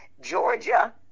Georgia